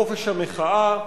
בחופש המחאה.